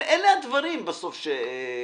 אלה הדברים שקורים.